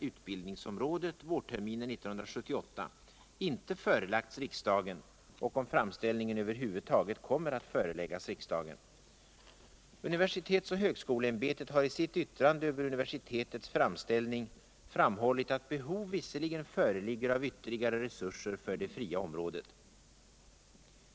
Universitets och högskoleämbetet har I sitt vtitrande över universitetets framställning frumhällit att behov visserligen föreligger av vtterligare resurser för det fria området.